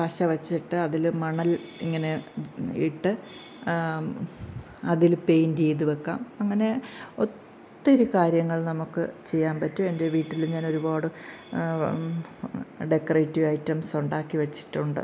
പശ വച്ചിട്ട് അതിൽ മണൽ ഇങ്ങനെ ഇട്ട് അതിൽ പെയിൻറ്റ് ചെയ്തു വെക്കാം അങ്ങനെ ഒത്തിരി കാര്യങ്ങൾ നമുക്ക് ചെയ്യാൻ പറ്റും എൻ്റെ വീട്ടിൽ ഞാൻ ഒരുപാട് ഡെക്കറേറ്റീവ് ഐറ്റംസ് ഉണ്ടാക്കി വച്ചിട്ടുണ്ട്